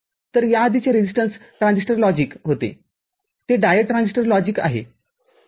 तर याआधीचे resistance transistor logic होतेहे डायोड ट्रान्झिस्टर लॉजिक आहे